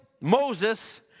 Moses